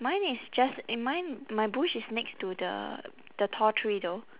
mine is just eh mine my bush is next to the the tall tree though